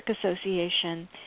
Association